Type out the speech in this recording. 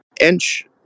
inch